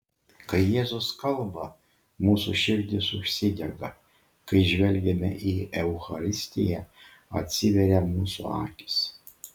kai jėzus kalba mūsų širdys užsidega kai žvelgiame į eucharistiją atsiveria mūsų akys